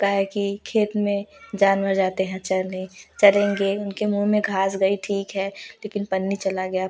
का है कि खेत में जानवर जाते हैं चरने चरेंगे उनके मुँह में घास गई ठीक है लेकिन पन्नी चला गया